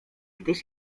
gdyż